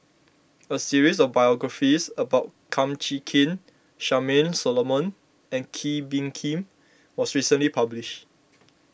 a series of biographies about Kum Chee Kin Charmaine Solomon and Kee Bee Khim was recently published